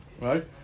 Right